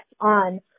on